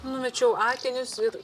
numečiau akinius ir